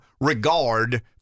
regard